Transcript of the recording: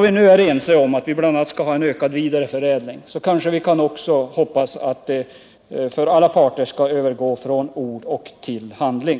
vi nu är ense om att vi bl.a. skall ha en ökad vidareförädling i Norrbotten, kanske vi kan hoppas på att alla parter skall övergå från ord till handling.